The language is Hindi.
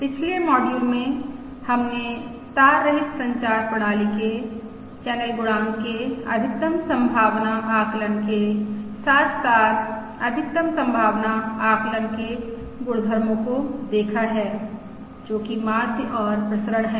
पिछले मॉड्यूल में हमने तार रहित संचार प्रणाली के चैनल गुणांक के अधिकतम संभावना आकलन के साथ साथ अधिकतम संभावना आकलन के गुणधर्मो को देखा है जो कि माध्य और प्रसरण है